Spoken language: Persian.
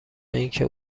اینکه